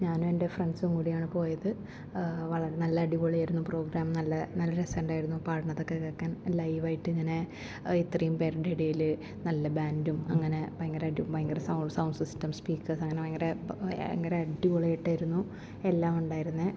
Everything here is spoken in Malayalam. ഞാനും എൻ്റെ ഫ്രണ്ട്സും കൂടിയാണ് പോയത് വളരെ നല്ല അടിപൊളിയാരുന്നു പ്രോഗ്രാം നല്ല രസമുണ്ടായിരുന്നു പാടുന്നതൊക്കെ കേൾക്കാൻ ലൈവായിട്ട് ഞാന് ഇത്രയും പേരുടെ ഇടയിൽ നല്ല ബാൻഡും അങ്ങനെ ഭയങ്കരമായിട്ട് ഭയങ്കര സൗണ്ട് സൗണ്ട് സിസ്റ്റം സ്പീക്കർസ് അങ്ങനെ ഭയങ്കര ഭയങ്കര അടിപൊളിയായിട്ടായിരുന്നു എല്ലാം ഉണ്ടായിരുന്നത്